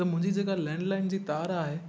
त मुंहिंजी जे का लैंडलाइन जी तार आहे